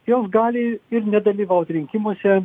jos gali ir nedalyvaut rinkimuose